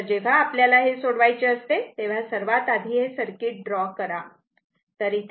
तर जेव्हा आपल्याला हे सोडवायचे असते तेव्हा सर्वात आधी हे सर्किट ड्रॉ करा